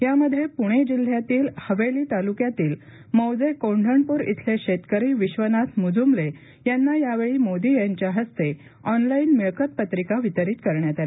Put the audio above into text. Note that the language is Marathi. यामध्ये प्णे जिल्ह्यातील हवेली ताल्क्यातील मौजे कोंढणप्र इथळे शेतकरी विश्वनाथ म्ज्मले यांना यावेळी मोदी यांच्या हस्ते ऑनलाईन मिळकत पत्रिका वितरित करण्यात आली